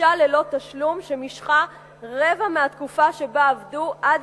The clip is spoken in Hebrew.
לחופשה ללא תשלום שמשכה רבע מהתקופה שבה עבדו עד